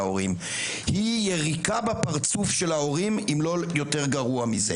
היא יריקה בפרצוף של ההורים, אם לא יותר גרוע מזה,